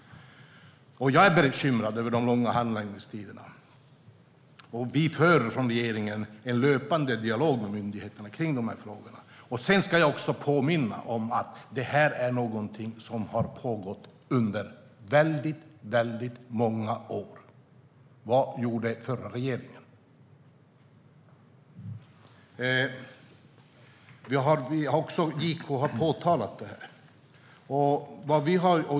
Jag är bekymrad över de långa handläggningstiderna, och vi för från regeringen en löpande dialog med myndigheterna kring de här frågorna. Sedan ska jag också påminna om att detta är någonting som har pågått under väldigt många år. Vad gjorde den förra regeringen? Också JK har påtalat detta.